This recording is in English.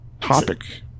topic